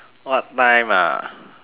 what time ah